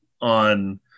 on